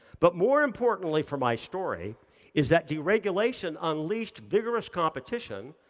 but more importantly for my story is that deregulation unleashed vigorous competition,